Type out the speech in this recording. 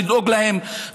לדאוג להם.